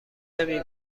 نمی